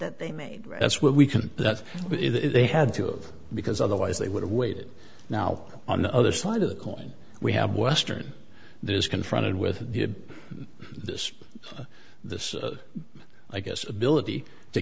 that they made that's what we can that's if they had to because otherwise they would have waited now on the other side of the coin we have western there is confronted with this this i guess ability to